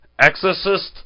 Exorcist